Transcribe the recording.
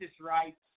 rights